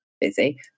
busy